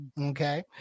Okay